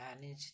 manage